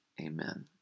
amen